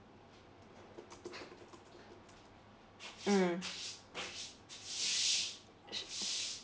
mm